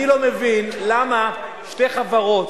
אני לא מבין למה שתי חברות,